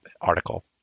article